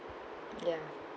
ya